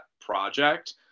project